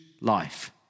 life